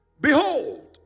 Behold